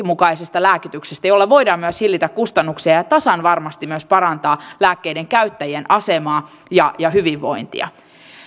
mukaisesta lääkityksestä jolla voidaan myös hillitä kustannuksia ja tasan varmasti myös parantaa lääkkeiden käyttäjien asemaa ja ja hyvinvointia